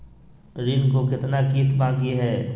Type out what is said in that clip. ऋण के कितना किस्त बाकी है?